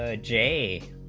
ah j